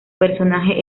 personaje